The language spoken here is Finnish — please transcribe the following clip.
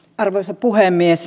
arvoisa puhemies